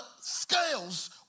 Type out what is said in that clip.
scales